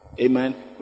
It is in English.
Amen